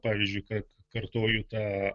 pavyzdžiui kad kartoju tą